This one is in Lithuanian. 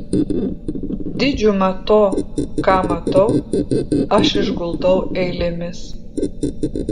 didžiumą to ką matau aš išguldau eilėmis